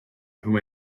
who